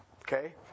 okay